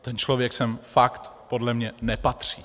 Ten člověk sem fakt podle mě nepatří.